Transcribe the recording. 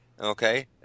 Okay